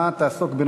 2054,